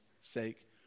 sake